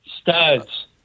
Studs